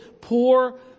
poor